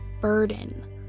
burden